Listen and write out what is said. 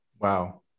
Wow